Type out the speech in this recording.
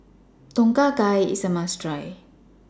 Tom Kha Gai IS A must Try